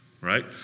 right